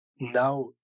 now